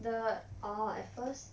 the orh at first